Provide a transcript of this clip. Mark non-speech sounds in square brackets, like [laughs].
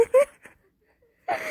[laughs]